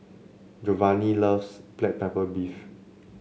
Jovanny loves Black Pepper Beef